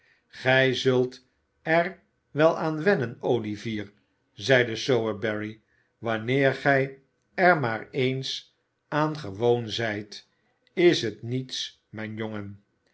gij zult er wel aan wennen olivier zeide sowerberry wanneer gij er maar eens aan gewoon zijt is het niets mijn jongen